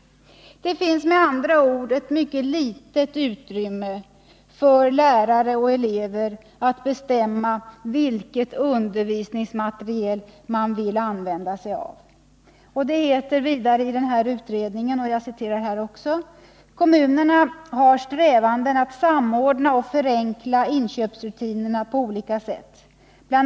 Det finns med andra ord ett mycket litet utrymme för lärare och elever att bestämma vad för slags undervisningsmateriel man vill använda sig av. Det heter i utredningen: ”Kommunerna har strävanden att samordna och förenkla inköpsrutinerna på olika sätt. Bl.